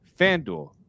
FanDuel